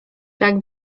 tak